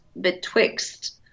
betwixt